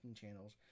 channels